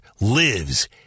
lives